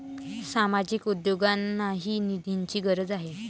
सामाजिक उद्योगांनाही निधीची गरज आहे